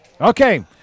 Okay